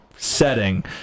Setting